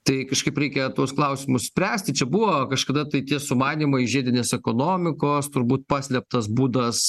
tai kažkaip reikia tuos klausimus spręsti čia buvo kažkada tai tie sumanymai žiedinės ekonomikos turbūt paslėptas būdas